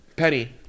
Penny